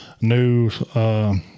new